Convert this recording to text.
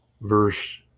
verse